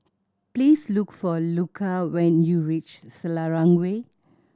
please look for Luca when you reach Selarang Way